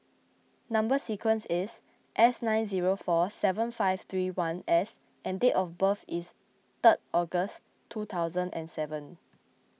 Number Sequence is S nine zero four seven five three one S and date of birth is three August two thousand and seven